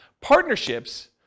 Partnerships